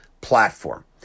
platform